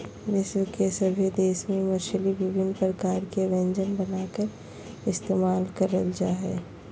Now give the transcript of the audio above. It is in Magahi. विश्व के सभे देश में मछली विभिन्न प्रकार के व्यंजन बनाकर इस्तेमाल करल जा हइ